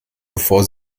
bevor